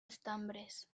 estambres